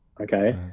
okay